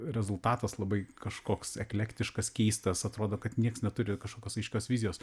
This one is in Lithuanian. rezultatas labai kažkoks eklektiškas keistas atrodo kad nieks neturi kažkokios aiškios vizijos